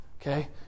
okay